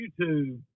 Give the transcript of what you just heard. youtube